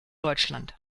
deutschland